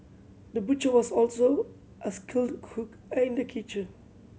the butcher was also a skilled cook in the kitchen